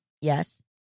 Yes